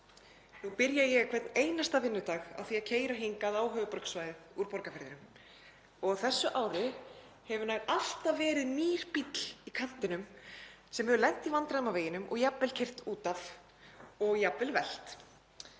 Nú byrja ég hvern einasta vinnudag á því að keyra hingað á höfuðborgarsvæðið úr Borgarfirðinum. Á þessu ári hefur nær alltaf verið nýr bíll í kantinum sem hefur lent í vandræðum á veginum og jafnvel keyrt út af og jafnvel oltið,